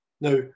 Now